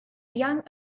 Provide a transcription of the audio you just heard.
young